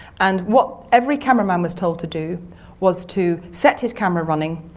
and what every cameraman was told to do was to set his camera running,